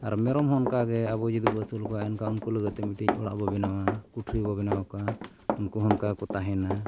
ᱟᱨ ᱢᱮᱨᱚᱢ ᱦᱚᱸ ᱚᱱᱠᱟᱜᱮ ᱟᱵᱚ ᱡᱩᱫᱤᱵᱚᱱ ᱟᱹᱥᱩᱞ ᱠᱚᱣᱟ ᱮᱱᱠᱷᱟᱱ ᱩᱱᱠᱩ ᱞᱟᱹᱜᱤᱫᱛᱮ ᱢᱤᱫᱴᱤᱡ ᱚᱲᱟᱜ ᱵᱚᱱ ᱵᱮᱱᱟᱣᱟ ᱠᱩᱴᱷᱨᱤ ᱵᱚ ᱵᱮᱱᱟᱣ ᱠᱟᱜᱼᱟ ᱩᱱᱠᱩ ᱦᱚᱸ ᱚᱱᱠᱟ ᱜᱮᱠᱚ ᱛᱟᱦᱮᱱᱟ